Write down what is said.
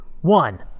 one